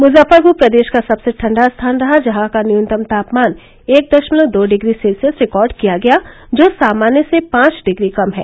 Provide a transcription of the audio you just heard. मजफ्फरपुर प्रदेश का सबसे ठंडा स्थान रहा जहां का न्यूनतम तापमान एक दरमलव दो डिग्री सेल्सियस रिकार्ड किया गया जो सामान्य से पांच डिग्री कम है